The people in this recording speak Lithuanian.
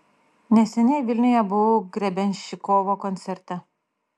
neseniai vilniuje buvau grebenščikovo koncerte